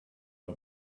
her